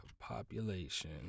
population